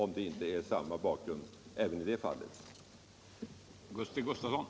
Men även i det fallet är det samma bakgrund.